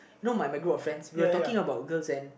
no my my group of friend we were talking about girls and